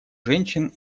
женщин